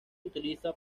utiliza